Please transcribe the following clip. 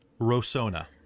Rosona